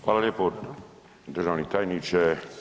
Hvala lijepo državni tajniče.